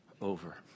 over